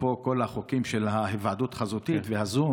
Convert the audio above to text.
אפרופו כל החוקים של היוועדות חזותית והזום